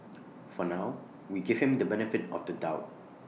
for now we give him the benefit of the doubt